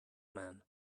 man